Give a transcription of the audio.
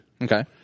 Okay